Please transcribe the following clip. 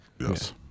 yes